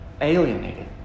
Alienated